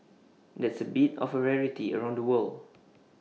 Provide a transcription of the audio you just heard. that's A bit of A rarity around the world